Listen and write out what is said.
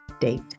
date